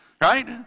Right